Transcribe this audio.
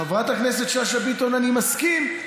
חברת הכנסת שאשא ביטון, אני מסכים.